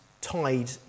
tied